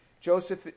Joseph